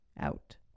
out